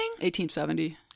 1870